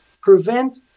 prevent